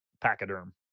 pachyderm